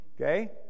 Okay